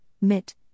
MIT